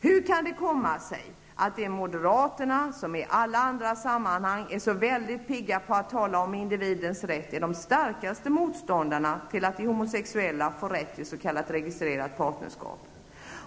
Hur kan det komma sig att moderaterna, som i alla andra sammanhang är så väldigt pigga på att tala om individens rätt, är de starkaste motståndarna till att de homosexuella får rätt till s.k. registrerat partnerskap?